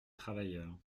travailleurs